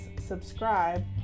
subscribe